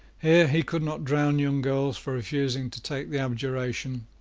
here he could not drown young girls for refusing to take the abjuration,